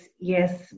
yes